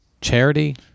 Charity